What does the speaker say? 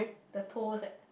the toes at